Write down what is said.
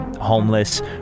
homeless